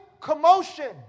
commotion